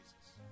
Jesus